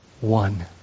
one